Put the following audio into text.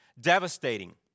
devastating